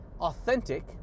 authentic